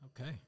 Okay